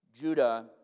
Judah